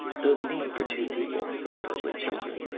though the need for two people, prefer ably children,